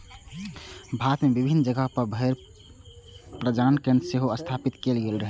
भारत मे विभिन्न जगह पर भेड़ प्रजनन केंद्र सेहो स्थापित कैल गेल छै